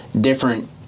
different